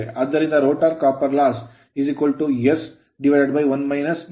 ಆದ್ದರಿಂದ rotor copper loss rotor ತಾಮ್ರದ ನಷ್ಟವು s ಯಾಂತ್ರಿಕ ಉತ್ಪಾದನೆಯಾಗುತ್ತದೆ